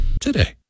Today